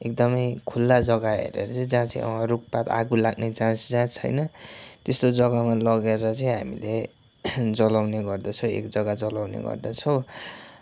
एकदमै खुल्ला जग्गा हेरेर चाहिँ जहाँ चाहिँ रूखपात आगो लाग्ने चान्स जहाँ छैन त्यस्तो जग्गामा लगेर चाहिँ हामीले जलाउने गर्दछौँ एकजग्गा जलाउने गर्दछौँ